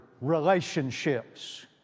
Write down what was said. relationships